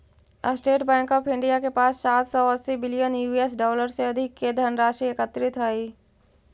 state Bank of India के पास सात सौ अस्सी बिलियन यूएस डॉलर से अधिक के धनराशि एकत्रित हइ